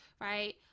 right